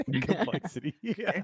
Complexity